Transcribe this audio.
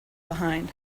behind